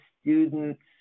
students